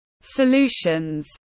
solutions